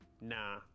nah